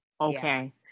okay